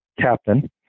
captain